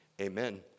Amen